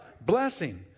Blessing